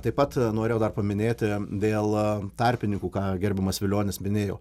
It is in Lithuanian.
taip pat norėjau dar paminėti dėl tarpininkų ką gerbiamas velionis minėjo